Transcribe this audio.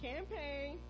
Campaign